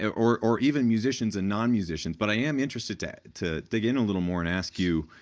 and or or even musicians and non-musicians. but i am interested to to dig in a little more and ask you,